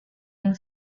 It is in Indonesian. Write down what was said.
yang